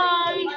Bye